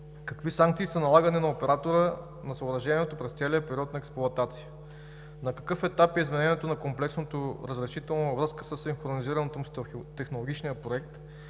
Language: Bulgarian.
Какви санкции са налагани на оператора на съоръжението през целия период на експлоатация? На какъв етап е изменението на комплексното разрешително във връзка със синхронизирането му с технологичния проект?